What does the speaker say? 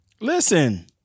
Listen